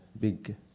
big